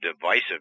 divisive